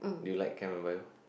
do you like chem and bio